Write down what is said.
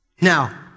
Now